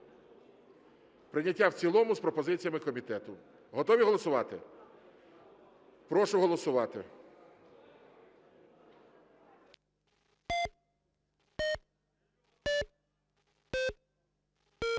Прийняття в цілому з пропозиціями комітету. Готові голосувати? Прошу голосувати.